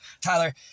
Tyler